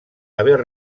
haver